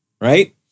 right